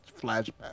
Flashback